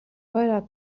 vairāk